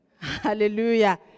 Hallelujah